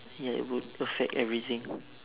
ya it would affect everything